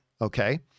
Okay